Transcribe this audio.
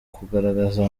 kugaragaza